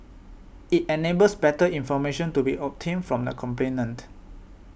it enables better information to be obtained from the complainant